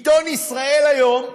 עיתון "ישראל היום",